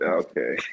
okay